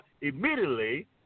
immediately